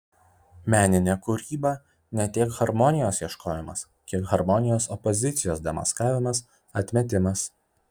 meninė kūryba ne tiek harmonijos ieškojimas kiek harmonijos opozicijos demaskavimas atmetimas